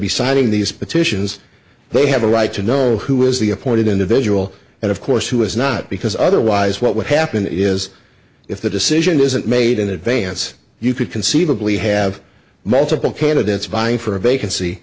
be signing these petitions they have a right to know who is the appointed individual and of course who is not because otherwise what would happen is if the decision isn't made in advance you could conceivably have multiple candidates vying for a vacancy